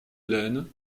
hélène